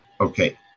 okay